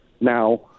Now